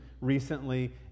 recently